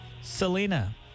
Selena